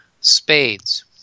Spades